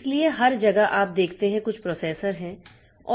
इसलिए हर जगह आप देखते हैं कि कुछ प्रोसेसर है